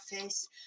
office